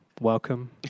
welcome